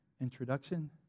introduction